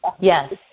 Yes